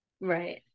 Right